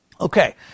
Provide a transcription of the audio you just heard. Okay